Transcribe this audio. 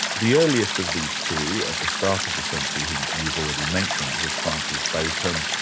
the earliest of these two at the start of the century who you've already mentioned, was francis bacon,